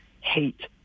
hate